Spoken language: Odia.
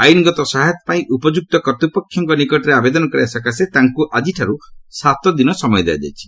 ଆଇନ୍ଗତ ସହାୟତା ପାଇଁ ଉପଯୁକ୍ତ କର୍ତ୍ତୃପକ୍ଷଙ୍କ ନିକଟରେ ଆବେଦନ କରିବା ସକାଶେ ତାଙ୍କୁ ଆଜିଠାରୁ ସାତ ଦିନ ସମୟ ଦିଆଯାଇଛି